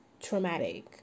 Traumatic